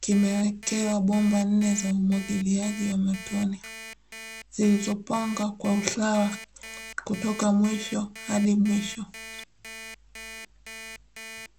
kimewekewa bomba nne za umwagiliaji wa matone, zilizopangwa kwa usawa kutoka mwisho hadi mwisho.